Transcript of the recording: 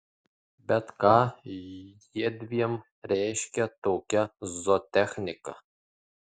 bet ką jiedviem reiškia tokia zootechnika